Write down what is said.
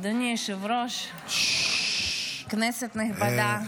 אדוני היושב-ראש, כנסת נכבדה